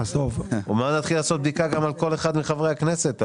בואו נתחיל לעשות בדיקה גם על כל אחד מחברי הכנסת.